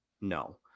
No